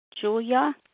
Julia